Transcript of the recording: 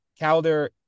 Calder